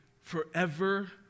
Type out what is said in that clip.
forever